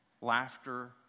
laughter